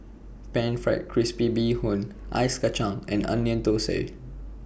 Pan Fried Crispy Bee Hoon Ice Kachang and Onion Thosai